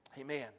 Amen